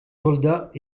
soldats